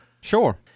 Sure